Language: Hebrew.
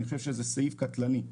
אני חושב שזה סעיף קטלני.